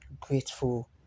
grateful